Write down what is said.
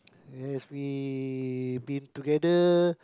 as we been together